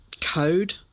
code